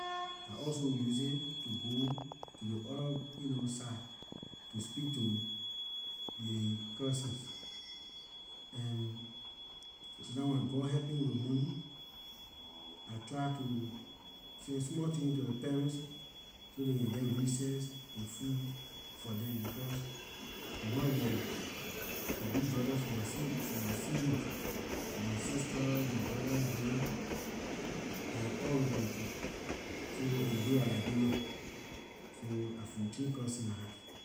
I also use it to go ley orda you know side to speak to ley cousins and something when god help me with money I try to send small thing to ley parents so they can geh recess and food for them because I'm one of their big brothers for my sib my siblings for my sisters my brothers dem and all those kinda tin so and you know dah liberia so dah fourteen cousins I have